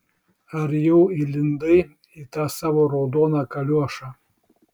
ar jau įlindai į tą savo raudoną kaliošą